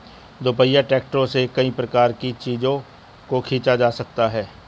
दोपहिया ट्रैक्टरों से कई प्रकार के चीजों को खींचा जा सकता है